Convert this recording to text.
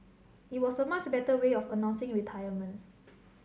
it was a much better way of announcing retirements